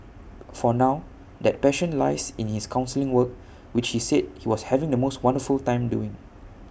for now that passion lies in his counselling work which he said he was having the most wonderful time doing